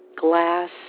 glass